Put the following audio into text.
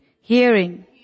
hearing